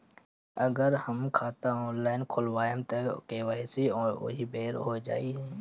अगर हम ऑनलाइन खाता खोलबायेम त के.वाइ.सी ओहि बेर हो जाई